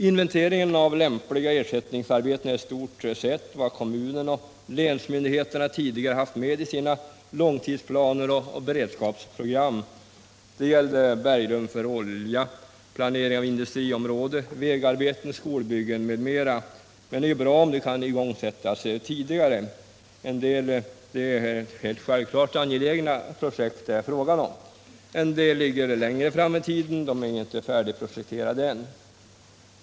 Inventering av lämpliga ersättningsarbeten är i stort sett vad kommunerna och länsmyndigheterna tidigare haft med i sina långtidsplaner och beredskapsprogram. Det gällde bergrum för olja, planering av industriområde, vägarbeten, skolbyggen m.m. Men det är ju bra om dessa arbeten kan igångsättas tidigare. En del av dessa projekt är självfallet mycket angelägna. Andra ligger längre fram itiden och är ännu inte färdigprojekterade.